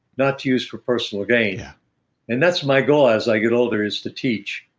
not to use for personal gain yeah and that's my goal as i get older is to teach.